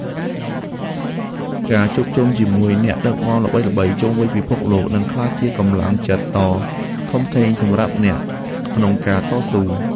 ការជួបជុំជាមួយអ្នកដឹកនាំល្បីៗជុំវិញពិភពលោកនឹងក្លាយជាកម្លាំងចិត្តដ៏ធំធេងសម្រាប់អ្នកក្នុងការតស៊ូ។